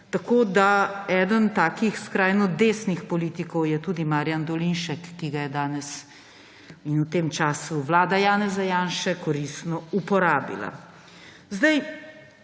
ime. Eden takih skrajno desnih politikov je tudi Marjan Dolinšek, ki ga je danes in v tem času vlada Janeza Janše koristno uporabila.